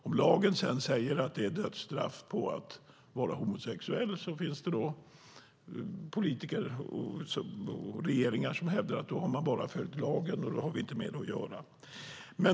Om lagen sedan säger att det är dödsstraff på att vara homosexuell finns det politiker och regeringar som hävdar att man bara har följt lagen, och då har vi inte mer att göra.